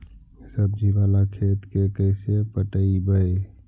सब्जी बाला खेत के कैसे पटइबै?